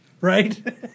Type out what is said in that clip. right